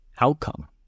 outcome